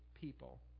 people